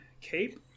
cape